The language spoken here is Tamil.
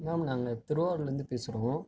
மேம் நாங்கள் திருவாரூர்லேருந்து பேசுகிறோம்